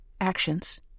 actions